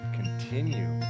continue